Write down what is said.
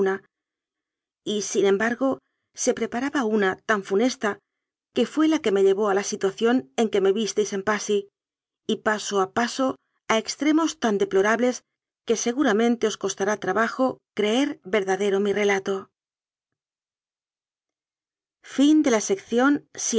sin em bargo se preparaba una tan funesta que fué la que me llevó a la situación en que me visteis en passy y paso a paso a extremos tan deplorables que seguramente os costará trabajo creer verda dero mi relato